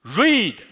Read